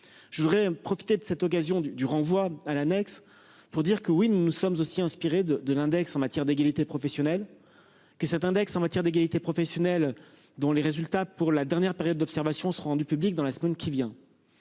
Je voudrais profiter de cette occasion du du renvoi à l'annexe pour dire que oui, nous sommes aussi inspiré de de l'index en matière d'égalité professionnelle. Que cet index en matière d'égalité professionnelle dont les résultats pour la dernière période d'observation sera rendu public dans la semaine qui vient.